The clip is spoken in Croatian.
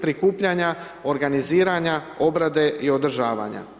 prikupljanja, organiziranja, obrade i održavanja.